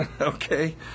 okay